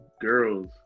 girls